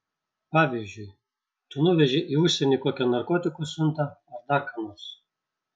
pavyzdžiui tu nuvežei į užsienį kokią narkotikų siuntą ar dar ką nors